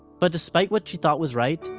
but despite what she thought was right,